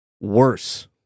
worse